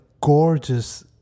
gorgeous